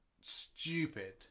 stupid